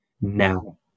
now